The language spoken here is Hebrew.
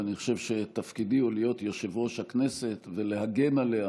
אבל אני חושב שתפקידי הוא להיות יושב-ראש הכנסת ולהגן עליה